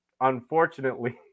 Unfortunately